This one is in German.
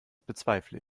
bezweifle